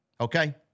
okay